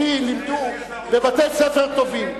אותי לימדו בבתי-ספר טובים.